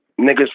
niggas